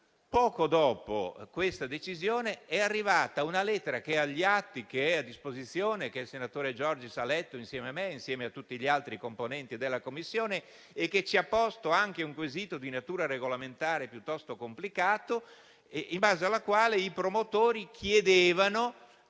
poco dopo questa decisione, è arrivata una lettera, che è agli atti ed è a disposizione, che il senatore Giorgis ha letto, insieme a me e insieme a tutti gli altri componenti della Commissione, che ci ha posto anche un quesito di natura regolamentare piuttosto complicato, in base alla quale i promotori chiedevano